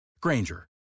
Granger